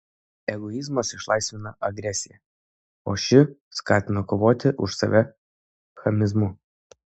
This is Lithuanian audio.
egoizmas išlaisvina agresiją o ši skatina kovoti už save chamizmu